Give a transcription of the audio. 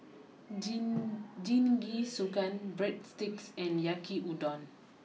Jingisukan Breadsticks and Yaki Udon